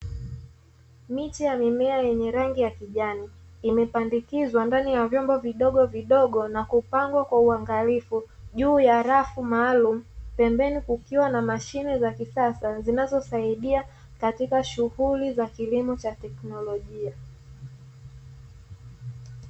Miche ya mimea yenye rangi ya kijani, imepandikizwa ndani vyombo vidogovidogo nakupangwa kwa uangalifu juu ya rafu maalumu, pembeni kukiwa na mashine zakisasa zinazosaidia katika shuhuli za kilimo cha tekinolojia.